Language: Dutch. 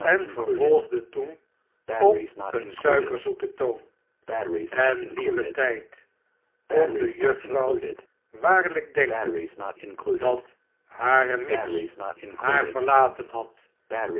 en vervolgde toen op een suikerzoeten toon en lieve tijd kon de juffrouw waarlijk denken dat hare miggs haar verlaten had